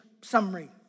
summary